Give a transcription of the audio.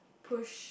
push